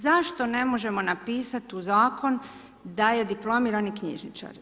Zašto ne možemo napisati u zakon da je diplomirani knjižničar?